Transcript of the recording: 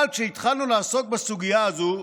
אבל כשהתחלנו לעסוק בסוגיה הזאת,